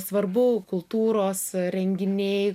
svarbu kultūros renginiai